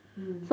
mm